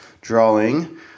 drawing